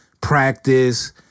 practice